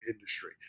industry